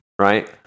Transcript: Right